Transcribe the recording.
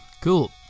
cool